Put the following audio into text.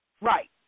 Right